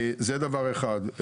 זה דבר אחד.